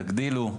תגדילו,